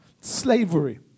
slavery